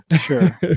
Sure